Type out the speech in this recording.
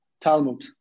Talmud